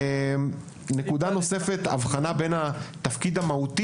נקודה נוספת היא ההבחנה בין התפקיד המהותי